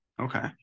Okay